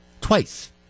twice